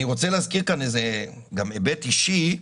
אני רוצה להזכיר כאן היבט אישי.